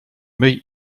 myj